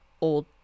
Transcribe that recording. old